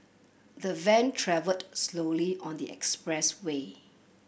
the van travelled slowly on the expressway